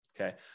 okay